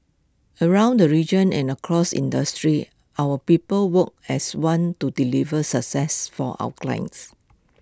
around the region and across industries our people work as one to deliver success for our clients